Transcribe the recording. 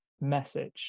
message